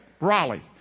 Raleigh